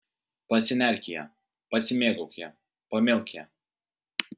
pasinerk į ją pasimėgauk ja pamilk ją